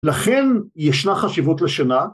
‫לכן ישנה חשיבות לשנה.